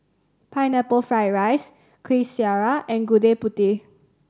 Pineapple Fried rice Kuih Syara and Gudeg Putih